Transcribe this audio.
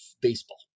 baseball